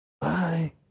Bye